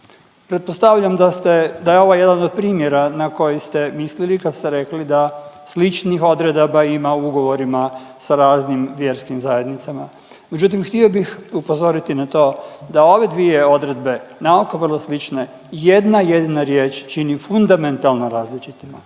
Pretpostavljam da ste, da je ovo jedan od primjera na koji ste mislili kad ste rekli da sličnih odredaba ima u ugovorima sa raznim vjerskim zajednicama. Međutim, htio bih upozoriti na to da ove dvije odredbe naoko vrlo slične jedna jedina riječ čini fundamentalno različitima,